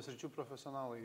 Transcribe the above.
sričių profesionalai